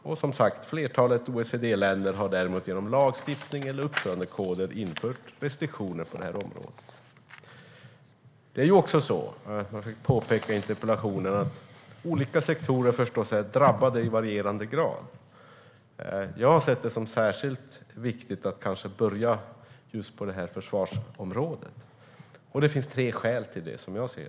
Som sagt har flertalet OECD-länder däremot genom lagstiftning eller uppförandekoder infört restriktioner på detta område. Som jag påpekade i interpellationen är olika sektorer drabbade i varierande grad. Jag har sett det som särskilt viktigt att börja just med försvarsområdet. Som jag ser det finns tre skäl till detta.